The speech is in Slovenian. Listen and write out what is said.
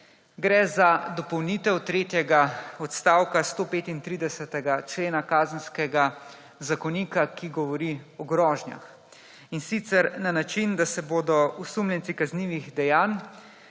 Gre za dopolnitev tretjega odstavka 135. člena Kazenskega zakonika, ki govori o grožnjah, in sicer na način, da se bodo osumljenci kaznivih dejanj